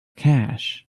cash